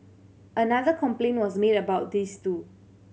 another complaint was made about this too